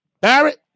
Barrett